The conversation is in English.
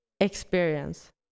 experience